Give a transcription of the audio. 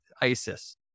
Isis